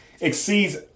exceeds